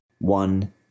one